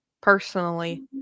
personally